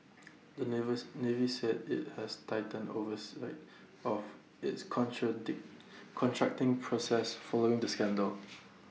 the navy's navy said IT has tightened oversight of its contracting process following the scandal